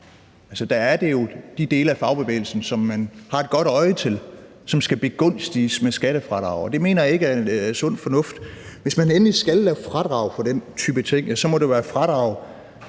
Der er det jo de dele af fagbevægelsen, som man har et godt øje til, som skal begunstiges med skattefradrag. Og det mener jeg ikke er sund fornuft. Hvis man endelig skal lave fradrag for den type ting, må det jo være fradrag